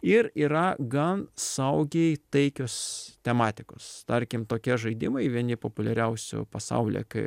ir yra gan saugiai taikios tematikos tarkim tokie žaidimai vieni populiariausių pasaulyje kai